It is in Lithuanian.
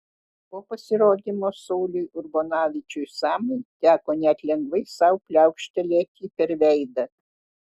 po pasirodymo sauliui urbonavičiui samui teko net lengvai sau pliaukštelėti per veidą